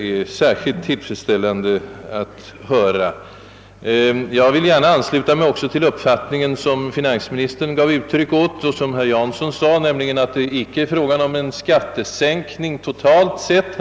Jag vill slutligen gärna ansluta mig till den uppfattning som finansministern och även herr Jansson gav uttryck åt, nämligen att det inte kan bli fråga om en skattesänkning totalt sett.